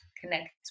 connect